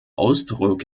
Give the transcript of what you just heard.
ausdruck